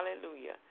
Hallelujah